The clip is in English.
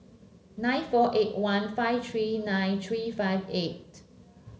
nine four eight one five three nine three five eight